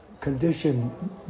condition